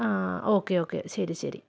ആ okay okay ശരി ശരി